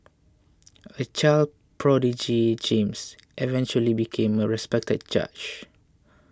a child prodigy James eventually became a respected judge